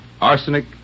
Arsenic